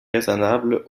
raisonnable